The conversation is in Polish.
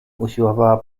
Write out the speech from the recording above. usiłowała